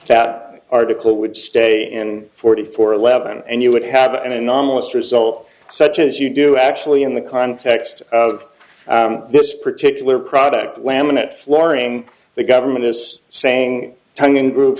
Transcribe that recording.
that article would stay in forty four eleven and you would have an anomalous result such as you do actually in the context of this particular product laminate flooring the government is saying tongue in group